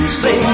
say